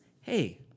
hey